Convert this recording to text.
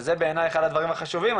וזה בעיני אחד הדברים החשובים,